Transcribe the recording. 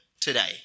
today